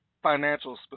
Financial